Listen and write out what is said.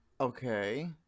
Okay